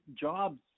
jobs